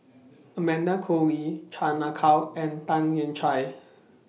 Amanda Koe Lee Chan Ah Kow and Tan Lian Chye